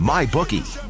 MyBookie